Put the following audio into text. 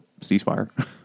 ceasefire